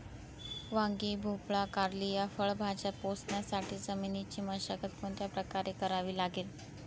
वांगी, भोपळा, कारली या फळभाज्या पोसण्यासाठी जमिनीची मशागत कोणत्या प्रकारे करावी लागेल?